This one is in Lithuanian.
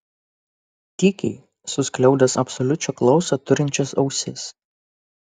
tykiai suskliaudęs absoliučią klausą turinčias ausis